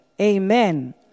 Amen